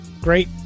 great